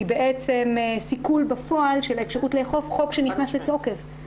היא בעצם סיכוי בפועל של האפשרות לאכוף חוק שנכנס לתוקף.